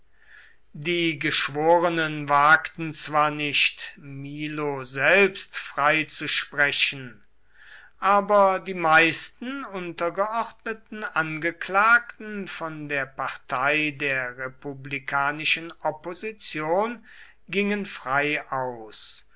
die geschworenen wagten zwar nicht milo selbst freizusprechen aber die meisten untergeordneten angeklagten von der partei der republikanischen opposition gingen frei aus